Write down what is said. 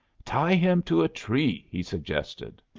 tie him to a tree! he suggested.